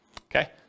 Okay